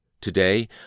Today